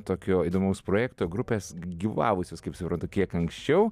tokio įdomaus projekto grupės gyvavusius kaip suprantu kiek anksčiau